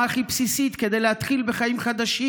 הכי בסיסית כדי להתחיל בחיים חדשים.